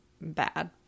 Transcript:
bad